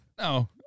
No